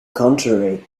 contrary